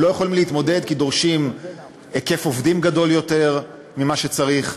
הם לא יכולים להתמודד כי דורשים מספר עובדים גדול יותר ממה שצריך,